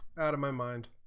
that in my mind